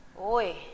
Oi